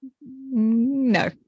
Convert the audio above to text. No